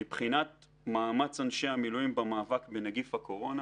מבחינת מאמץ אנשי המילואים במאבק בנגיף הקורונה,